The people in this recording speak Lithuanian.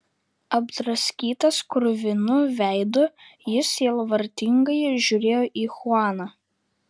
apdraskytas kruvinu veidu jis sielvartingai žiūrėjo į chuaną